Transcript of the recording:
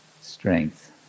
strength